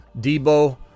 Debo